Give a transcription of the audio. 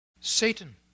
Satan